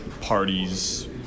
parties